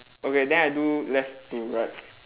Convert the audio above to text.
okay then I do left to right